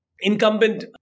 incumbent